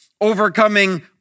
overcoming